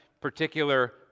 particular